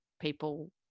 people